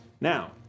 Now